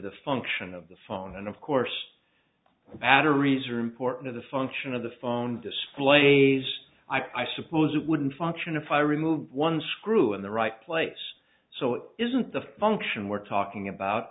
the function of the phone and of course batteries are important of the function of the phone displays i suppose it wouldn't function if i remove one screw in the right place so it isn't the function we're talking about